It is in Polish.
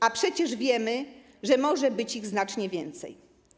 A przecież wiemy, że może być ich znacznie więcej.